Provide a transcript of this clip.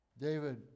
David